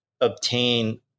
obtain